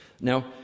now